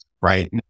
right